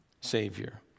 Savior